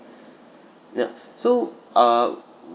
yup so uh